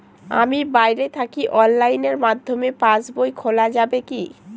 আমি বাইরে থাকি অনলাইনের মাধ্যমে পাস বই খোলা যাবে কি?